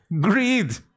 greed